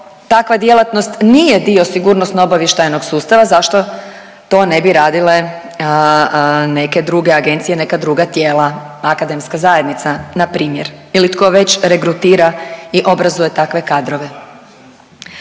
takva djelatnost nije dio sigurnosno obavještajnog sustava zašto to ne bi radile neke druge agencije, neka druga tijela, akademska zajednica na primjer ili tko već regrutira i obrazuje takve kadrove.